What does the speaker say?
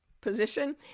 position